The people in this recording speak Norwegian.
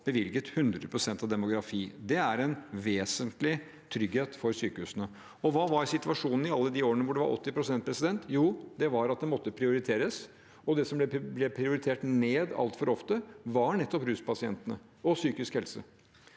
bevilget 100 pst. av demografi. Det er en vesentlig trygghet for sykehusene. Og hva var situasjonen i alle de årene hvor det var 80 pst.? Jo, det var at det måtte prioriteres, og de som ble prioritert ned altfor ofte, var nettopp ruspasientene og psykisk helse.